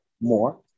more